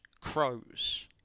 crows